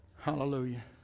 Hallelujah